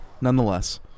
nonetheless